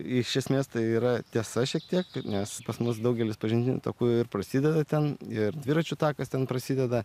iš esmės tai yra tiesa šiek tiek nes pas mus daugelis pažintinių takų ir prasideda ten ir dviračių takas ten prasideda